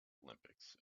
olympics